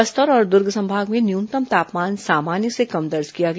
बस्तर और दुर्ग संभाग में न्यूनतम तापमान सामान्य से कम दर्ज किया गया